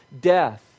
death